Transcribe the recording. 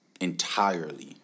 entirely